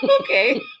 Okay